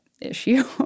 issue